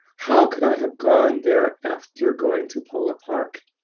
how could i have gone there after going to phola park?